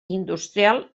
industrial